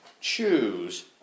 choose